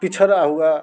पिछड़ा हुआ